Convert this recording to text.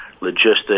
logistics